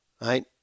right